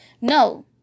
no